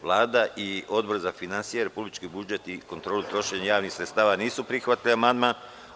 Vlada i Odbor za finansije, republički budžet i kontrolu trošenja javnih sredstava nisu prihvatili amandman.